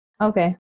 Okay